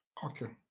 okay,